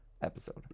episode